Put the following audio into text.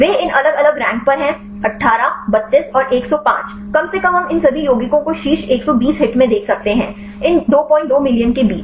वे इन अलग अलग रैंक पर हैं 18 32 और 105 कम से कम हम इन सभी यौगिकों को शीर्ष 120 हिट में देख सकते हैं इन 22 मिलियन के बीच